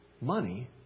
money